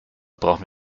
brauchen